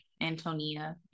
antonia